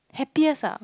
happiest ah